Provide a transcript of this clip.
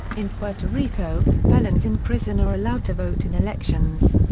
in puerto rico, felons in prison are allowed to vote in elections.